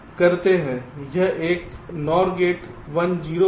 यह एक NOR gate 1 0 है